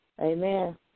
Amen